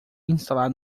instalar